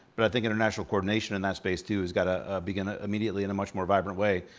but i think international coordination in that space too has gotta begin ah immediately in a much more vibrant way.